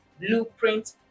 blueprint